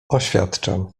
oświadczam